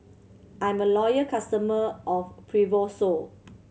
I'm a loyal customer of Fibrosol